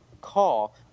call